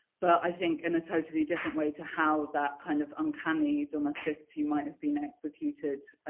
but i think in a totally different way to how that kind of uncanny domesticity might have been executed